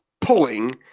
pulling